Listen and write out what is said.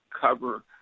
cover